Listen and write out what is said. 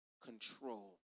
control